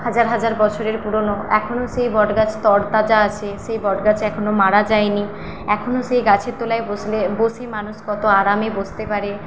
হাজার হাজার বছরের পুরোনো এখনও সেই বটগাছ তরতাজা আছে সেই বটগাছ এখনও মারা যায়নি এখনও সেই গাছের তলায় বসলে বসে মানুষ কত আরামে বসতে পারে